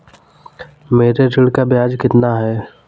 मेरे ऋण का ब्याज कितना है?